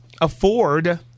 afford